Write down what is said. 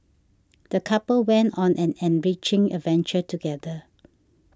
the couple went on an enriching adventure together